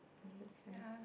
understand